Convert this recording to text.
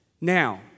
Now